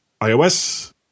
iOS